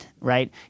right